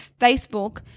Facebook